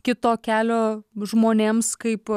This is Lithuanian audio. kito kelio žmonėms kaip